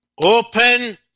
Open